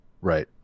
Right